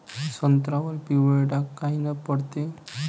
संत्र्यावर पिवळे डाग कायनं पडते?